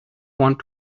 want